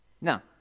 No